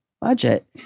budget